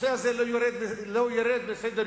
והנושא הזה לא ירד מסדר-יומה,